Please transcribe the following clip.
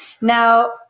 Now